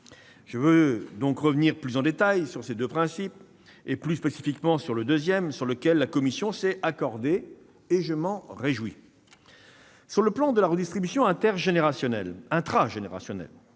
Je veux donc revenir plus en détail sur ces deux principes, plus spécifiquement sur le deuxième, sur lequel la commission s'est accordée, ce dont je me réjouis. S'agissant de la redistribution intragénérationnelle, notre objectif